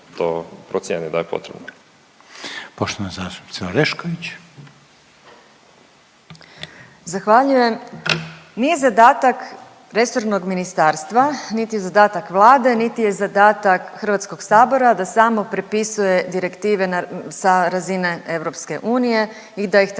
(Stranka s imenom i prezimenom)** Zahvaljujem. Nije zadatak resornog ministarstva niti je zadatak Vlade niti je zadatak Hrvatskog sabora da samo prepisuje direktive sa razine Europske unije i da ih transponira